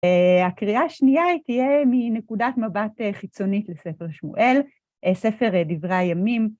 הקריאה השנייה תהיה מנקודת מבט חיצונית לספר שמואל, ספר דברי הימים.